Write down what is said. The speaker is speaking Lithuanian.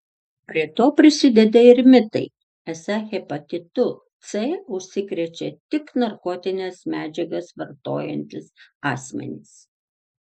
prie to prisideda ir mitai esą hepatitu c užsikrečia tik narkotines medžiagas vartojantys asmenys